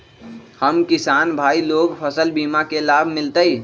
हम किसान भाई लोग फसल बीमा के लाभ मिलतई?